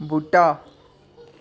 बूह्टा